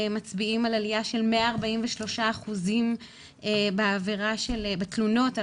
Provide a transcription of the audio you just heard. מצביעים על עלייה של 143 אחוזים בתלונות על